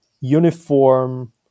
uniform